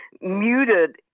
muted